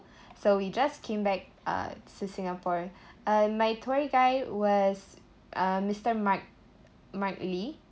so we just came back uh to singapore uh my tour guide was uh mister mark mark lee